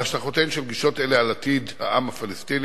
להשלכותיהן של גישות אלה על עתיד העם הפלסטיני